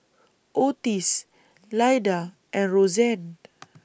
Ottis Lyda and Roseanne